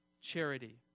charity